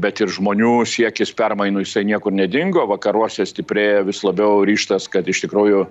bet ir žmonių siekis permainų jisai niekur nedingo vakaruose stiprėja vis labiau ryžtas kad iš tikrųjų